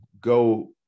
go